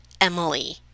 Emily